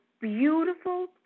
beautiful